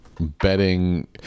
betting